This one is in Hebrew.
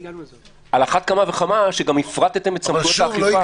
על אחת כמה וכמה שגם הפרטתם את סמכויות האכיפה.